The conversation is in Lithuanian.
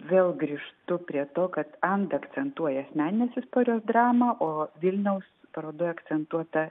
vėl grįžtu prie to kad anda akcentuoja asmeninės istorijos dramą o vilniaus parodoje akcentuota